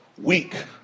weak